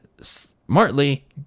smartly